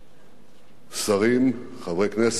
שרים, חברי הכנסת